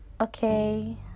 okay